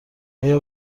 آیا